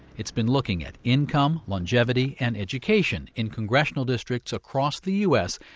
it's been looking at income, longevity, and education in congressional districts across the u s.